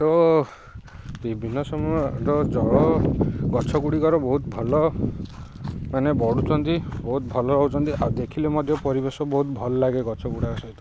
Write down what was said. ତ ବିଭିନ୍ନ ସମୟର ଜଳ ଗଛ ଗୁଡ଼ିକର ବହୁତ ଭଲ ମାନେ ବଢ଼ୁଛନ୍ତି ବହୁତ ଭଲ ରହୁଛନ୍ତି ଆଉ ଦେଖିଲେ ମଧ୍ୟ ପରିବେଶ ବହୁତ ଭଲ ଲାଗେ ଗଛଗୁଡ଼ା ସହିତ